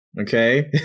Okay